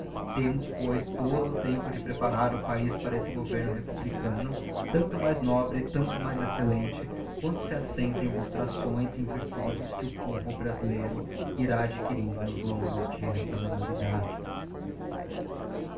temos pois toda o tempo de preparar o paiz para esse governo republicano tanto mais nobre tanto mais excellente quanto se assenta em illustrações e em virtudes que o povobrasileiro irá adquirindo nos longos dias da